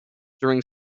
during